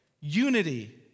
Unity